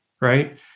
right